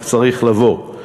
רק צריך לבוא.